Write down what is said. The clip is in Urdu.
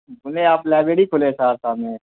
ہم سنے ہیں آپ لائبریری کھولے ہیں سہرسہ میں